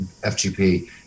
FGP